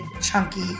chunky